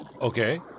Okay